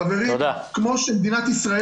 חברים, כמו שמדינת ישראל